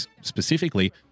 specifically